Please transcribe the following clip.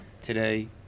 Today